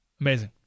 Amazing